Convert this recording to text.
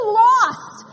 lost